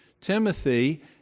Timothy